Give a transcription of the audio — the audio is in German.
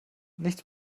nichts